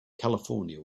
california